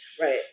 right